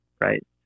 right